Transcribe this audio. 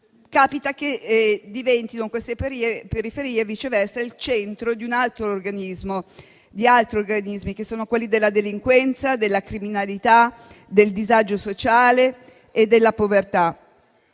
capita che le periferie diventino, viceversa, il centro di un altro organismo, di altri organismi, che sono quelli della delinquenza, della criminalità, del disagio sociale e della povertà.